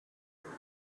group